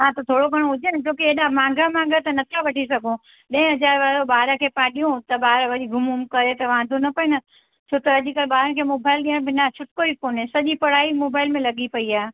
हा त थोरो घणो हुजे न छो की एॾा महांगा महांगा त न था वठी सघूं ॾहें हज़ारे वारो ॿार खे था ॾियूं त ॿारु वरी गुम वुम करे त वांदो न पए न छो त अॼुकल्ह ॿारनि खे मोबाइल ॾियणु बिना छुटिको ई कोन्हे सॼी पढ़ाई मोबाइल में लॻी पई आहे